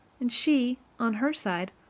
and she, on her side,